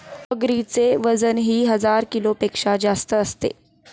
मगरीचे वजनही हजार किलोपेक्षा जास्त असते